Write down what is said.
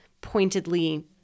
pointedly